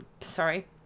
sorry